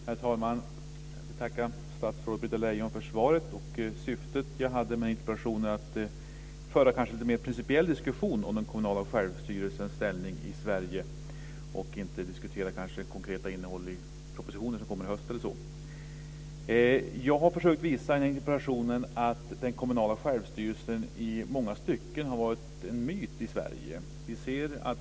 Herr talman! Jag får tacka statsrådet för Britta Lejon för svaret. Syftet med interpellationen är att föra en mer principiell diskussion om den kommunala självstyrelsens ställning i Sverige snarare än att diskutera det konkreta innehållet i den proposition som kommer i höst. Jag har försökt visa i min interpellation att den kommunala självstyrelsen i Sverige i många stycken har varit en myt.